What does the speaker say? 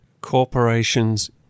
Corporations